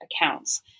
accounts